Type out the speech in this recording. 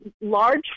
large